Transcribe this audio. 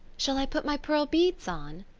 shall i put my pearl beads on?